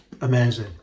amazing